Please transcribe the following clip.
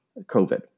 COVID